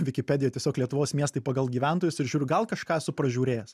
vikipedijoj tiesiog lietuvos miestai pagal gyventojus ir žiūriu gal kažką esu pražiūrėjęs